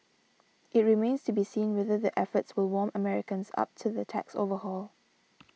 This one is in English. it remains to be seen whether the efforts will warm Americans up to the tax overhaul